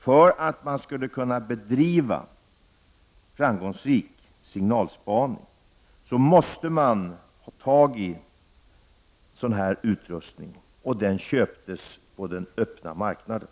För att kunna bedriva framgångsrik signalspaning måste man få tag i sådan utrustning, och den köptes alltså på den öppna marknaden.